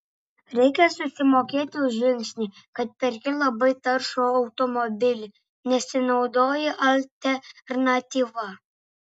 reikia susimokėti už žingsnį kad perki labai taršų automobilį nesinaudoji alternatyva